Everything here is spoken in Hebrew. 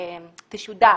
שתשודר